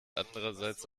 andererseits